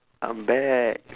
I'm back